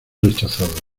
rechazados